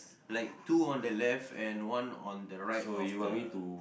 like two on the left and one on the right of the